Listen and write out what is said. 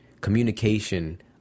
communication